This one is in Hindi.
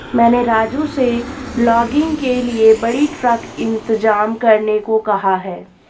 मैंने राजू से लॉगिंग के लिए बड़ी ट्रक इंतजाम करने को कहा है